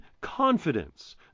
confidence